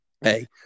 Hey